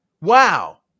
Wow